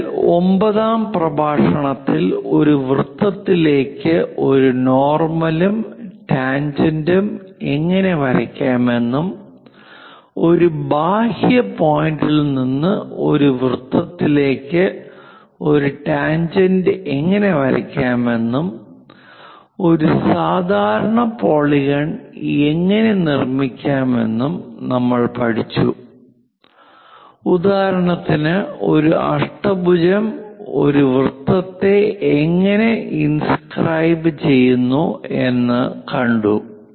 അതിനാൽ 9 ാം പ്രഭാഷണത്തിൽ ഒരു വൃത്തത്തിലേക്ക് ഒരു നോർമലും ടാൻജെന്റും എങ്ങനെ വരയ്ക്കാമെന്നും ഒരു ബാഹ്യ പോയിന്റിൽ നിന്ന് ഒരു വൃത്തത്തിലേക്ക് ഒരു ടാൻജെന്റ് എങ്ങനെ വരയ്ക്കാമെന്നും ഒരു സാധാരണ പോളിഗോൺ എങ്ങനെ നിർമ്മിക്കാമെന്നും നമ്മൾ പഠിച്ചു ഉദാഹരണത്തിന് ഒരു അഷ്ടഭുജം ഒരു വൃത്തത്തെ എങ്ങനെ ഇൻസ്ക്രൈബ് ചെയ്യുന്നു എന്ന് കണ്ടു